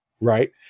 Right